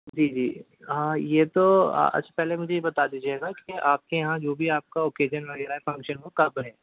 جی جی ہاں یہ تو آج پہلے مجھے یہ بتا دیجئے گا کہ آپ کے یہاں جو بھی آپ کا اوکیژن وغیرہ یا فنکشن ہو کب ہے